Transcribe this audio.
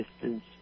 distance